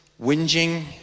whinging